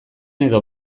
edo